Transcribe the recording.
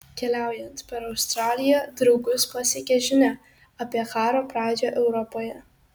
keliaujant per australiją draugus pasiekia žinia apie karo pradžią europoje